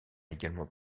également